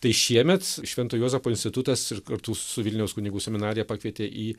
tai šiemet švento juozapo institutas ir kartu su vilniaus kunigų seminarija pakvietė į